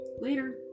Later